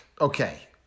okay